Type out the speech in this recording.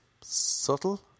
Subtle